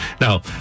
Now